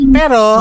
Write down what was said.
pero